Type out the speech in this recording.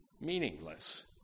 Meaningless